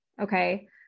Okay